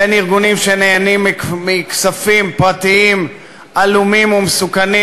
בין ארגונים שנהנים מכספים פרטיים עלומים ומסוכנים